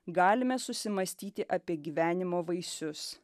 galime susimąstyti apie gyvenimo vaisius